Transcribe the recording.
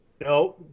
No